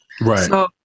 Right